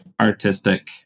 artistic